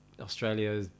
Australia